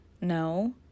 No